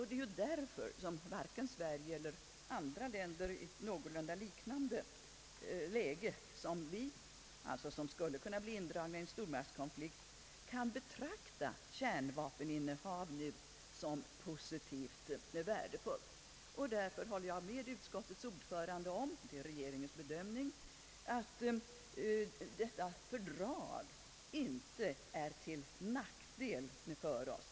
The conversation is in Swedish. Det är därför som varken Sverige eller andra länder i någorlunda liknande läge som vi — som skulle kunna bli indragna i en stormaktskonflikt — kan betrakta kärnvapeninnehav nu som positivt värdefullt. Därför håller jag med utskottets ordförande om — det är regeringens bedömning — att detta fördrag inte är till nackdel för oss.